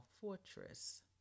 fortress